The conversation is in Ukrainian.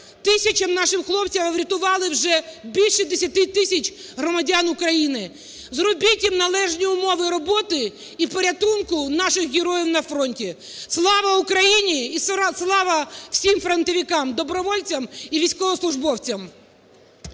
тисячам нашим хлопцям і врятували вже більше 10 тисяч громадян України. Зробіть їм належні умови роботи і порятунку наших героїв на фронті. Слава України! І слава всім фронтовикам, добровольцям і військовослужбовцям!